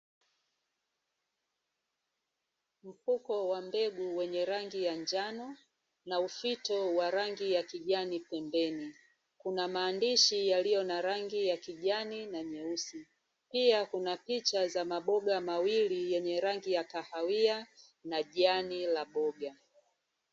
Mfuko wa mbegu wenye rangi ya njano na ufito wa rangi ya kijani pembeni. Kuna maandishi yaliyo na rangi ya kijani na nyeusi. Pia, kuna picha za maboga mawili yenye rangi ya kahawia na jani la boga.